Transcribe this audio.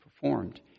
performed